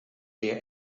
der